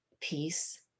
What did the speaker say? peace